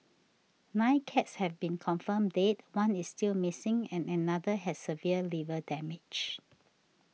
nine cats have been confirmed dead one is still missing and another has severe liver damage